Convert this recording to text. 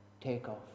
takeoff